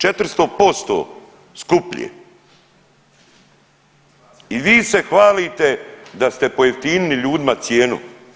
400% skuplje i vi ste hvalite da ste pojeftinili ljudima cijenu.